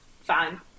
Fine